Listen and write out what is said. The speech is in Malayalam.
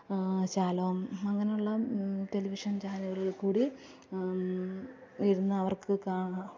ഷാലോം അങ്ങനെയുള്ള ടെലിവിഷന് ചാനലുകളിൽക്കൂടി ഇരുന്ന് അവര്ക്ക് കാണാം